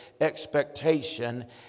expectation